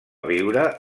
viure